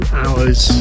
hours